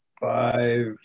five